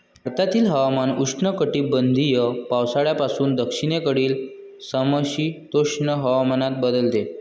भारतातील हवामान उष्णकटिबंधीय पावसाळ्यापासून दक्षिणेकडील समशीतोष्ण हवामानात बदलते